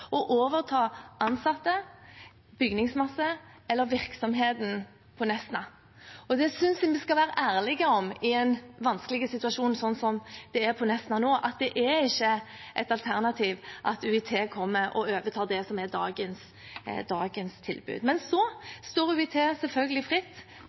å overta ansatte, bygningsmasse eller virksomhet på Nesna. Det synes jeg vi skal være ærlige om i en vanskelig situasjon, som det er på Nesna nå. Det er ikke et alternativ at UiT kommer og overtar det som er dagens tilbud. Men UiT står selvfølgelig fritt,